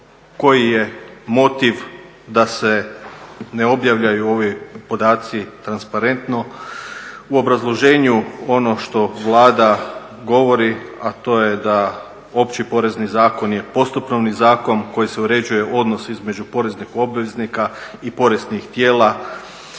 koji je motiv da se ne objavljuju ovi podaci transparentno. U obrazloženju ono što Vlada govori a to je da Opći porezni zakon je postupovni zakon kojim se uređuje odnos između poreznih obveznika i poreznih tijela